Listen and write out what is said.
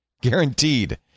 Guaranteed